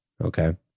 Okay